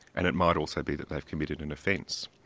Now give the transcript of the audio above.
and it might also be that they've committed an offence.